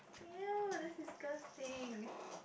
!eww! that's disgusting